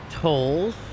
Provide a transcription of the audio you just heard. Tolls